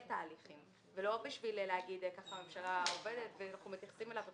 תהליכים ולא כדי לומר שכך הממשלה עובדת וכולי.